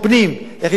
איך להתמודד עם זה,